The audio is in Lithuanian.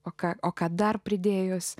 o ką o kad dar pridėjus